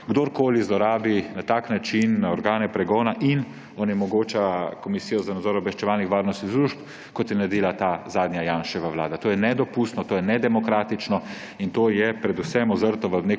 kdorkoli zlorabi na tak način organe pregona in onemogoča Komisijo za nadzor obveščevalnih in varnostih služb, kot je to naredila zadnja Janševa vlada. To je neodpustno, to je nedemokratično, to je predvsem zazrto v neke